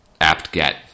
apt-get